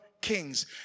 kings